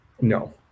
No